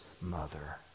mother